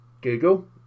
Google